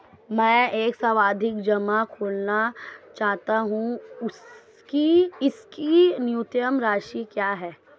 मैं एक सावधि जमा खोलना चाहता हूं इसकी न्यूनतम राशि क्या है?